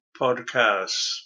Podcasts